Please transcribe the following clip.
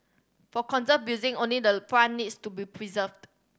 for conserved building only the front needs to be preserved